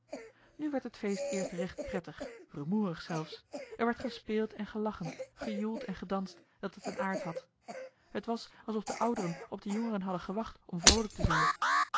nu werd het feest eerst recht prettig rumoerig zelfs er werd gespeeld en gelachen gejoeld en gedanst dat het een aard had t was alsof de ouderen op de jongeren hadden gewacht om vroolijk te zijn